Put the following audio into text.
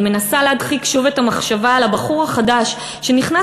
היא מנסה להדחיק שוב את המחשבה על הבחור החדש שנכנס